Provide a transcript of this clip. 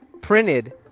printed